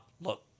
look